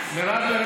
מירב בן ארי,